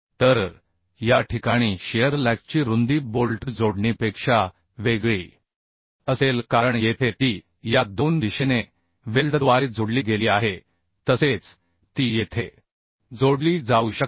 तर या ठिकाणी शिअर लॅगची रुंदी बोल्ट जोडणीपेक्षा वेगळी असेल कारण येथे ती या दोन दिशेने वेल्डद्वारे जोडली गेली आहे तसेच ती येथे जोडली जाऊ शकते